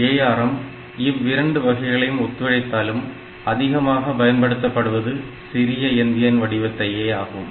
ARM இவ்விரண்டு வகைகளையும் ஒத்துழைத்தாலும் அதிகமாக பயன்படுத்தப்படுவது சிறிய எந்தியன் வடிவத்தையே ஆகும்